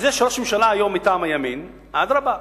אז יש היום ראש ממשלה מטעם הימין, אדרבה,